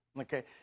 okay